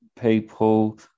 people